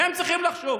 הם צריכים לחשוב.